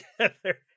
together